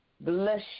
Bless